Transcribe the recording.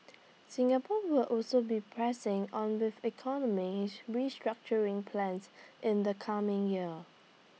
Singapore will also be pressing on with economy restructuring plans in the coming year